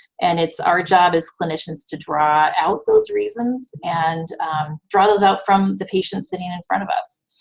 and it's our job as clinicians to draw out those reasons, and draw those out from the patients sitting in front of us,